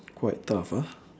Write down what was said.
quite tough ah